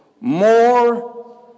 more